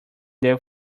their